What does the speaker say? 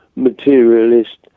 Materialist